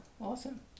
Awesome